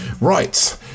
Right